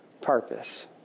purpose